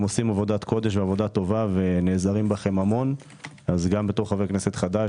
עושים עבודת קודש ועבודה טובה ונעזרים בכם המון אז גם כחבר כנסת חדש,